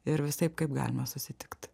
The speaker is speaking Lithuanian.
ir visaip kaip galima susitikt